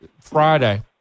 Friday